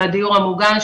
מהדיור המוגן,